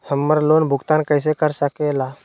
हम्मर लोन भुगतान कैसे कर सके ला?